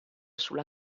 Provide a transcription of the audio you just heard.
sulla